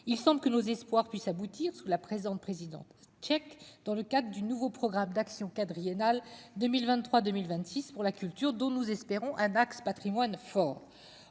il semble que nos espoirs puisse aboutir sous la présente président tchèque dans le cadre du nouveau programme d'action quadriennal 2023 2026 pour la culture, dont nous espérons hein Dax Patrimoine fort,